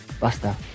Buster